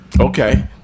Okay